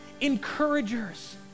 encouragers